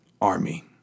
army